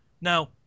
Now